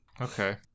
okay